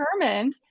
determined